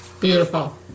Beautiful